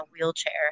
wheelchair